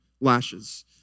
lashes